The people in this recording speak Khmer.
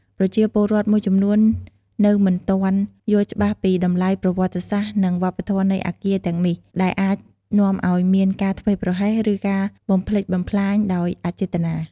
ប្រជាពលរដ្ឋមួយចំនួននៅមិនទាន់យល់ច្បាស់ពីតម្លៃប្រវត្តិសាស្ត្រ និងវប្បធម៌នៃអគារទាំងនេះ ដែលអាចនាំឱ្យមានការធ្វេសប្រហែស ឬការបំផ្លិចបំផ្លាញដោយអចេតនា។